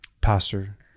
pastor